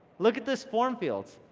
look at this form fields,